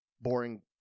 boring